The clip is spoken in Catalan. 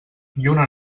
lluna